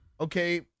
Okay